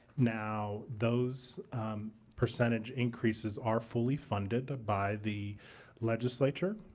now, those percentage increases are fully funded by the legislature.